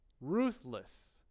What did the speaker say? ruthless